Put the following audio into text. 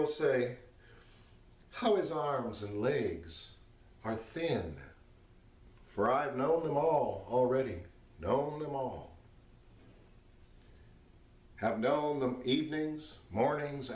will say how his arms and legs are thin fried know them all already known them all have known them evenings mornings